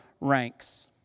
ranks